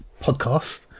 podcast